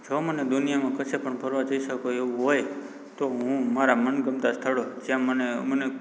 જો મને દુનિયામાં કશે પણ ફરવા જઇ શકું એવું હોય તો હું મારા મનગમતાં સ્થળો જ્યાં મને મને